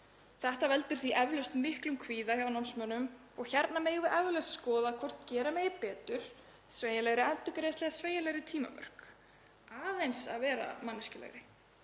Þetta veldur því eflaust miklum kvíða hjá námsmönnum og hér megum við eflaust skoða hvort gera megi betur, hafa sveigjanlegri endurgreiðslu eða sveigjanlegri tímamörk, aðeins að vera manneskjulegri.